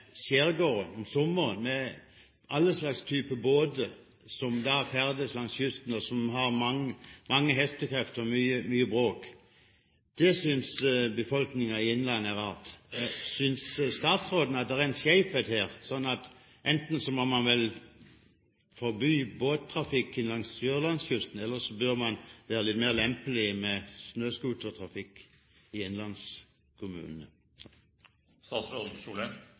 skjærgården om sommeren. Alle slags typer båter ferdes da langs kysten, de har mange hestekrefter og lager mye bråk. Det synes befolkningen i innlandet er rart. Synes statsråden at det er en skjevhet her, slik at man enten må forby båttrafikken langs sørlandskysten, eller så må man være litt mer lempelig med hensyn til snøscootertrafikken i